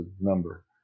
number